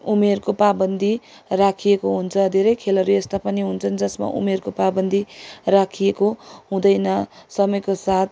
उमेरको पाबन्दी राखिएको हुन्छ धेरै खेलहरू यस्ता पनि हुन्छन् जसमा उमेरको पाबन्दी राखिएको हुँदैन समयको साथ